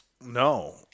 No